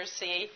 see